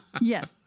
Yes